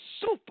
super